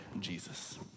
Jesus